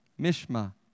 Mishma